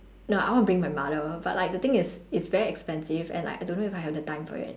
no I want to bring my mother but like the thing is it's very expensive and like I don't know if I have the time for it